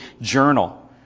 journal